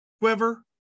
quiver